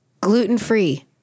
gluten-free